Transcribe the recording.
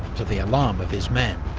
to the alarm of his men.